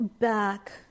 back